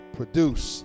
produce